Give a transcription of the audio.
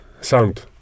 sound